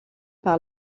par